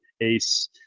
ACE